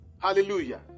Hallelujah